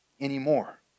anymore